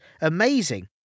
Amazing